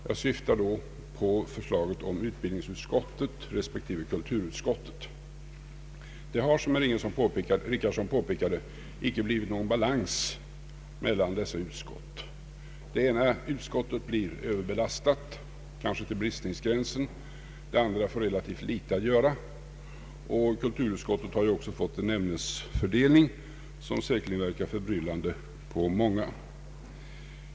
Jag syftar på förslaget om utbildningsutskottet respektive kulturutskottet. Det har, som herr Richardson påpekade, icke blivit någon balans mellan dessa utskott. Det ena utskottet blir överbelastat, kanske till bristningsgränsen, det andra får relativt litet att göra. Kulturutskottet har också fått en ämnestilldelning som säkerligen verkar förbryllande på många.